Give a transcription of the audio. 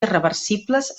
irreversibles